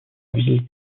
ville